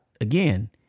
again